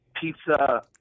pizza